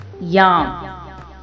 yum